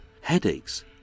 headaches